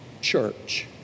church